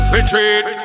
Retreat